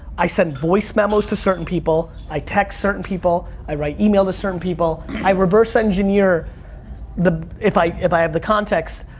i send voice memos to certain people, i text certain people, i write email to certain people. i reverse engineer the, if i if i have the context,